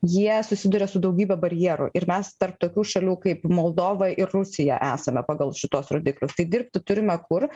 jie susiduria su daugybe barjerų ir mes tarp tokių šalių kaip moldova ir rusija esame pagal šituos rodiklius tai dirbti turime kur